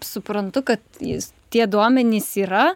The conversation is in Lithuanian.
suprantu kad jis tie duomenys yra